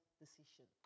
decision